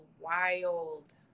wild